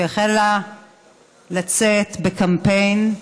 שהחלה לצאת בקמפיין,